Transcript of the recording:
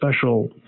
special